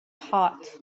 hot